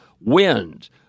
wind